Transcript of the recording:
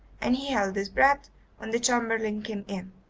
and held his breath when the chamberlain came in.